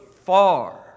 far